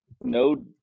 no